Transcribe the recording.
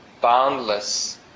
boundless